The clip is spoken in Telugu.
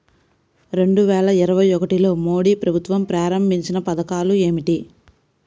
రెండు వేల ఇరవై ఒకటిలో మోడీ ప్రభుత్వం ప్రారంభించిన పథకాలు ఏమిటీ?